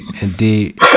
Indeed